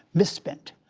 misspent,